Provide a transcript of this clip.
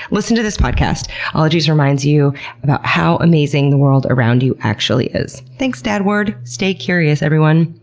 listen to this podcast ologies reminds you about how amazing the world around you actually is. thanks dad ward! stay curious everyone!